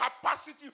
capacity